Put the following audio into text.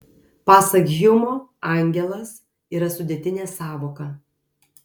pasak hjumo angelas yra sudėtinė sąvoka